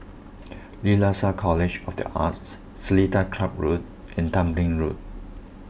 Lasalle College of the Arts Seletar Club Road and Tembeling Road